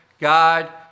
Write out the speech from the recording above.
God